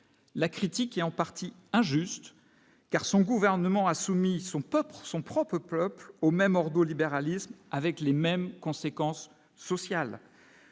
la critique est en partie injuste car son gouvernement a soumis son pour son propre peuple au même ordolibéralisme avec les mêmes conséquences sociales